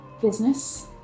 business